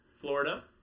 Florida